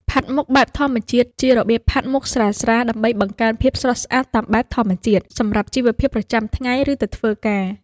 ផាត់មុខបែបធម្មជាតិ ជារបៀបផាត់មុខស្រាលៗដើម្បីបង្កើនភាពស្រស់ស្អាតតាមបែបធម្មជាតិ សម្រាប់ជីវភាពប្រចាំថ្ងៃ ឬទៅធ្វើការ។